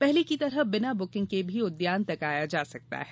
पहले की तरह बिना बुकिंग के भी उद्यान तक आया जा सकता है